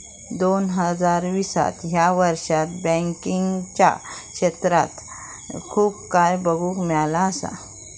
दोन हजार वीस ह्या वर्षात बँकिंगच्या क्षेत्रात खूप काय बघुक मिळाला असा